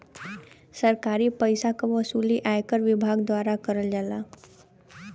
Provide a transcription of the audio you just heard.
सरकारी पइसा क वसूली आयकर विभाग द्वारा करल जाला